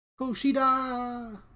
Kushida